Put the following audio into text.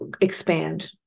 expand